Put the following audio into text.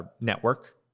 network